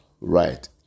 right